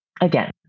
again